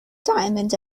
diamond